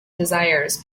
desires